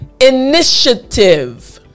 initiative